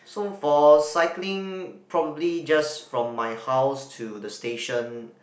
so for cycling probably just from my house to the station